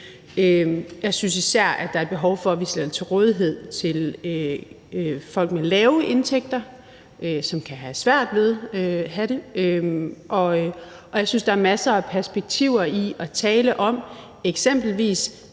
Jeg synes især, at der er behov for, at vi stiller det til rådighed for folk med lave indtægter, som kan have svært ved det. Og jeg synes, at der er masser af perspektiver i at tale om, at man,